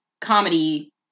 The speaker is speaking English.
comedy